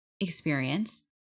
experience